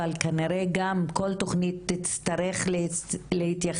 אבל כנראה גם כל תכנית תצטרך להתייחס